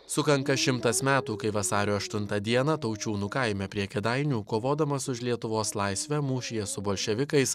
sukanka šimtas metų kai vasario aštuntą dieną taučiūnų kaime prie kėdainių kovodamas už lietuvos laisvę mūšyje su bolševikais